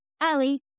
Ali